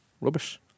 Rubbish